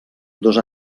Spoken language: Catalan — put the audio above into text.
dos